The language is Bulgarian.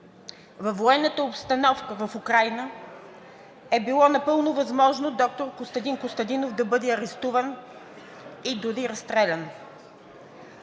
Във военната обстановка в Украйна е било напълно възможно доктор Костадин Костадинов да бъде арестуван и дори разстрелян.